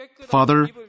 Father